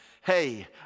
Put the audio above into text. hey